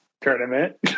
tournament